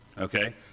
okay